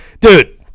Dude